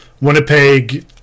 winnipeg